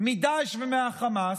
מדאעש ומהחמאס,